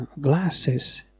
glasses